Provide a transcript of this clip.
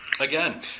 Again